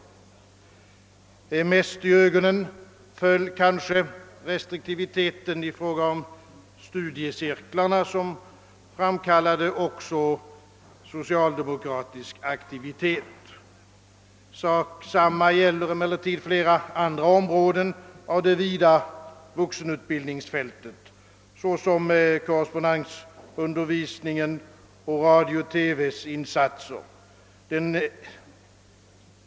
Mest i ögonen föll kanske restriktiviteten i fråga om studiecirklarna, vilken framkallade även socialdemokratisk aktivitet. Detsamma gäller emellertid flera andra områden av det vida vuxenutbildningsfältet, såsom korrespondensundervisningen och radio-TV:s insatser.